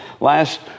Last